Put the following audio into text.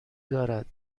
دارد